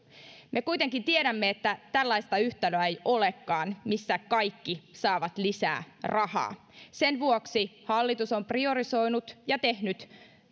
me kuitenkin tiedämme että tällaista yhtälöä ei olekaan missä kaikki saavat lisää rahaa sen vuoksi hallitus on priorisoinut ja tehnyt